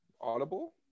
Audible